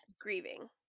grieving